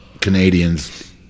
Canadians